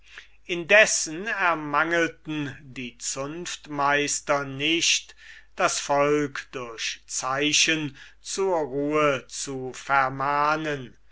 indessen ermangelten die zunftmeister nicht das volk durch zeichen zur ruhe zu vermahnen